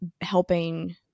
helping